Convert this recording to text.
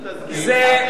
אל תסביר.